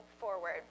forward